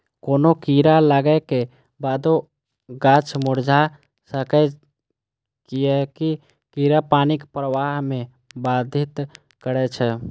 कोनो कीड़ा लागै के बादो गाछ मुरझा सकैए, कियैकि कीड़ा पानिक प्रवाह कें बाधित करै छै